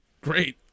Great